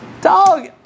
Dog